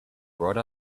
brought